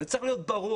זה צריך להיות ברור.